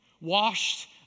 Washed